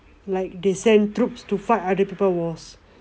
like they send troops to fight other people wars